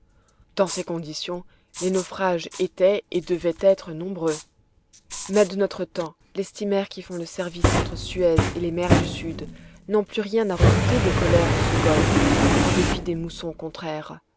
dans ces conditions les naufrages étaient et devaient être nombreux mais de notre temps les steamers qui font le service entre suez et les mers du sud n'ont plus rien à redouter des colères de ce golfe en dépit des moussons contraires